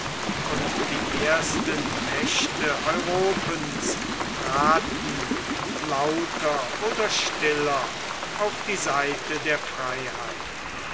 und die ersten mächte europens traten lauter oder stiller auf die seite der freiheit